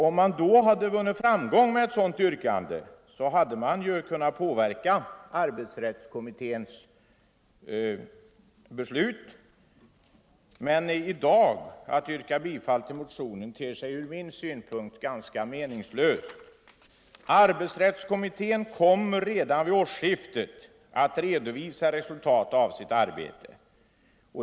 Om man då hade vunnit framgång med sitt yrkande hade man kunnat påverka arbetsrättskommitténs beslut, men att i dag yrka bifall till motionen ter sig från min synpunkt ganska meningslöst. Arbetsrättskommittén kommer redan vid årsskiftet att redovisa resultatet av sitt arbete.